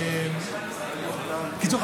בקיצור,